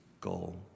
goal